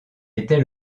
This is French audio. était